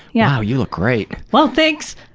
wow, you look great. well, thanks.